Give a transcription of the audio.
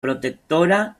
protectora